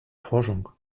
forschung